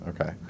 Okay